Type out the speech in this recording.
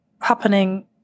happening